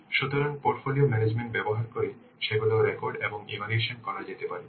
সুতরাং portfolio management ব্যবহার করে সেগুলি রেকর্ড এবং ইভ্যালুয়েশন করা যেতে পারে